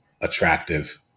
attractive